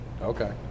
Okay